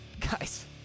Guys